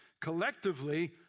collectively